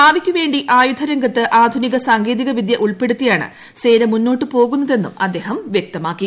ഭാവിക്ക് വേ ി ആയുധരംഗത്ത് ആധുനിക സാങ്കേതിക ഉൾപ്പെടുത്തിയാണ് സേന മുന്നോട്ട് പോകുന്നതെന്നും വിദ്യ അദ്ദേഹം വ്യക്തമാക്കി